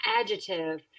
adjective